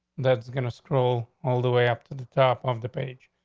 that's gonna stroll all the way up to the top of the page.